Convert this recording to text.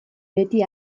beti